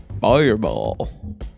Fireball